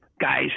guys